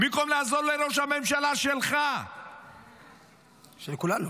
במקום לעזור לראש הממשלה שלך -- של כולנו.